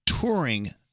touring